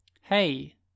Hey